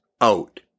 out